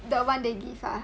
the one they give ah